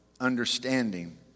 understanding